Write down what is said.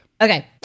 Okay